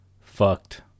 fucked